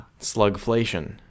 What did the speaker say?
Slugflation